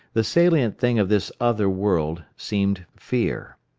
the salient thing of this other world seemed fear.